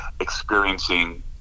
experiencing